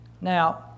Now